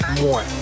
more